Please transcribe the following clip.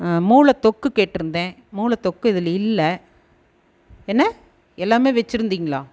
மூளை தொக்கு கேட்டிருந்தேன் மூளை தொக்கு இதில் இல்லை என்ன எல்லாமே வெச்சுருந்திங்களா